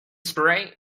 spray